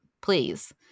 please